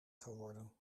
geworden